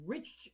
Rich